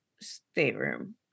stateroom